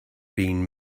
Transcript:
been